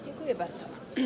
Dziękuję bardzo.